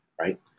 right